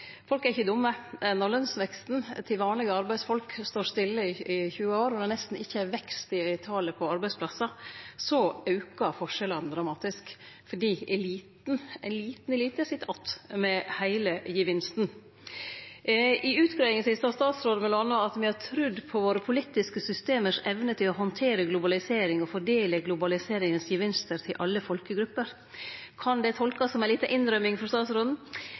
Folk er ikkje dumme. Når lønnsveksten til vanlege arbeidsfolk står stille i 20 år og det nesten ikkje er vekst i talet på arbeidsplassar, aukar forskjellane dramatisk fordi ein liten elite sit att med heile gevinsten. I utgreiinga si sa statsråden m.a:. «Vi har trodd på våre politiske systemers evne til å håndtere globalisering og fordele globaliseringens gevinster til alle folkegrupper.» Kan det tolkast som ei lita innrømming frå statsråden?